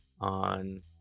on